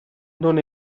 non